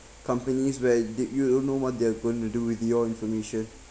companies where they you don't know what they're going to do with your information